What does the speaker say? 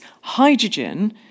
hydrogen